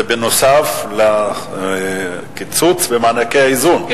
זה בנוסף לקיצוץ במענקי האיזון,